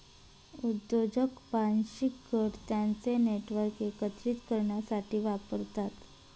उद्योजक वांशिक गट त्यांचे नेटवर्क एकत्रित करण्यासाठी वापरतात